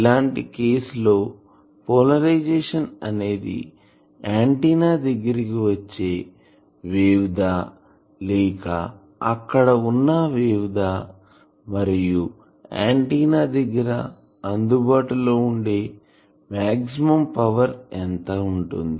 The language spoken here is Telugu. ఇలాంటి కేసు లో పోలరైజేషన్ అనేది ఆంటిన్నా దగ్గరకి వచ్చే వేవ్ దా లేదా అక్కడ వున్నా వేవ్ దా మరియు ఆంటిన్నా దగ్గర అందుబాటులో వుండే మాక్సిమం పవర్ ఎంత ఉంటుంది